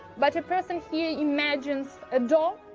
but a person here imagines a door,